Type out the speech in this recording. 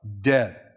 dead